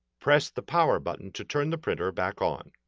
press the power button to turn the printer back on.